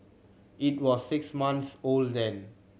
it was six months old then